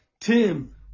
Tim